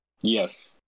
Yes